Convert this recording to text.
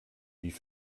wie